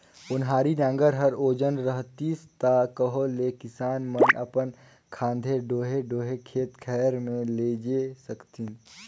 ओन्हारी नांगर हर ओजन रहतिस ता कहा ले किसान मन अपन खांधे डोहे डोहे खेत खाएर मे लेइजे सकतिन